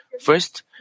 First